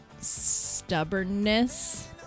stubbornness